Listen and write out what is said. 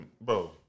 Bro